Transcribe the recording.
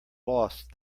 lost